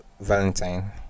valentine